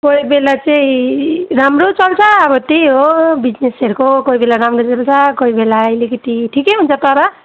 कोहीबेला चाहिँ राम्रो चल्छ अब त्यही हो बिजनेसहरूको कोहीबेला राम्रो चल्छ कोहीबेला अलिकति ठिकै हुन्छ तर